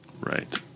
Right